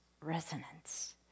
resonance